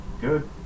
Good